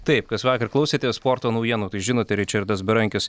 taip kas vakar klausėte sporto naujienų tai žinote ričardas berankis